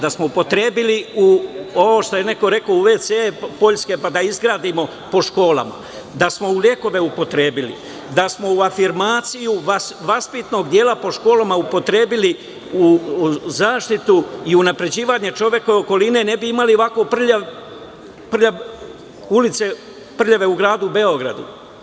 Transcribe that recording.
Da smo upotrebili u ovo, što je neko rekao, u ve ce poljske, pa da izgradimo po školama, da smo u lekove upotrebili, da smo u afirmaciju vaspitnog dela po školama upotrebili u zaštitu i u unapređivanje čovekove okoline, ne bi imali ovako prljave ulice u gradu Beogradu.